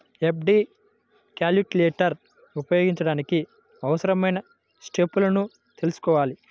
FD calculator ఉపయోగించడానికి అవసరమైన స్టెప్పులను తెల్సుకోవాలి